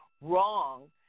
wrong